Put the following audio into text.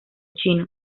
chino